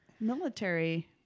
military